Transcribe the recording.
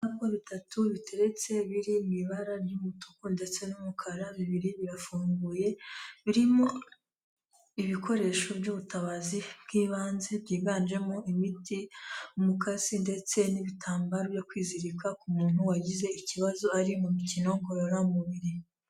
Ibikapu bitatu biteretse, biri mu ibara ry'umutuku ndetse n'umukara, bibiri birafunguye ,birimo ibikoresho by'ubutabazi bw'ibanze byiganjemo imiti, umukasi, ndetse n'ibitambaro byo kwizirika ku muntu wagize ikibazo ari mu mikino ngororamubiri.